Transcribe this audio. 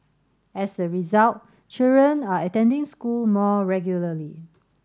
as a result children are attending school more regularly